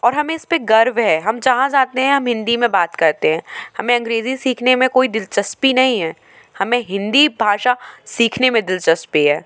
और हमें इसपे गर्व है हम जहाँ जाते हैं हम हिन्दी में बात करते हैं न हमें अंग्रेजी सीखने में कोई दिलचस्पी नहीं है हमें हिन्दी भाषा सीखने में दिलचस्पी है